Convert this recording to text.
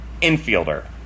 infielder